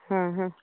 ହଁ ହଁ